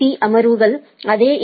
பீஅமர்வுகள் அதே ஏ